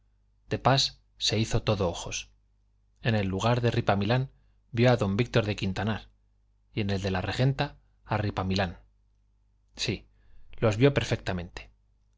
de pas se hizo todo ojos en el lugar de ripamilán vio a don víctor de quintanar y en el de la regenta a ripamilán sí los vio perfectamente